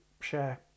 share